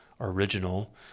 original